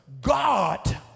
God